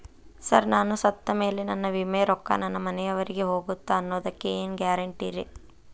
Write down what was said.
Sir ನಾನು ಸತ್ತಮೇಲೆ ನನ್ನ ವಿಮೆ ರೊಕ್ಕಾ ನನ್ನ ಮನೆಯವರಿಗಿ ಹೋಗುತ್ತಾ ಅನ್ನೊದಕ್ಕೆ ಏನ್ ಗ್ಯಾರಂಟಿ ರೇ?